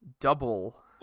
double